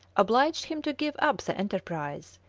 obliged him to give up the enterprise,